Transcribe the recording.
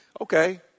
Okay